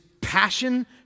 passion